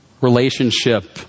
relationship